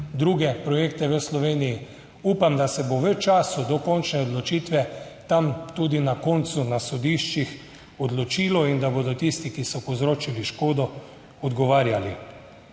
druge projekte v Sloveniji. Upam, da se bo v času do končne odločitve tam tudi na koncu na sodiščih odločilo in da bodo tisti, ki so povzročili škodo, odgovarjali.